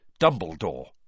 Dumbledore